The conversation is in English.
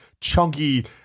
chunky